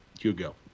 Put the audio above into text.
Hugo